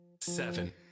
seven